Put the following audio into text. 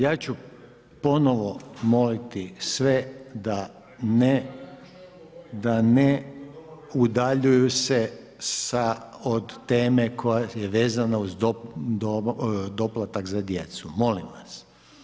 Ja ću ponovo zamoliti sve da ne udaljuju od teme koja je vezana uz doplatak za djecu, molim vas.